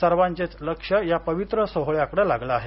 सर्वांचेच लक्ष या पवित्र सोहळ्याकडे लागले आहे